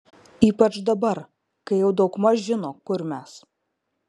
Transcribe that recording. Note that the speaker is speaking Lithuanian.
ypač dabar kai jau daugmaž žino kur mes